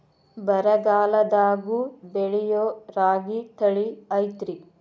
ಬರಗಾಲದಾಗೂ ಬೆಳಿಯೋ ರಾಗಿ ತಳಿ ಐತ್ರಿ?